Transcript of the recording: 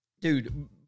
Dude